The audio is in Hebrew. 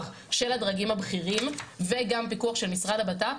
של הדרגים הבכירים וגם פיקוח של משרד הבט"פ,